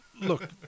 look